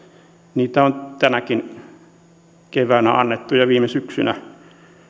niitä on tänäkin keväänä annettu ja viime syksynä